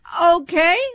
Okay